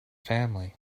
family